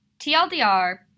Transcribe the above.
TLDR